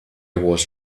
was